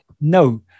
No